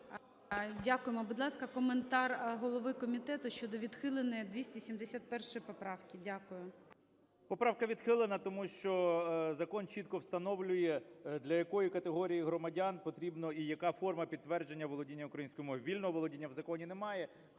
Дякуємо. Будь ласка, коментар голови комітету щодо відхиленої 271 поправки. Дякую. 14:09:12 КНЯЖИЦЬКИЙ М.Л. Поправка відхилена, тому що закон чітко встановлює для якої категорії громадян потрібно і яка форма підтвердження володіння українською мовою. Вільного володіння в законі немає.